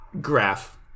graph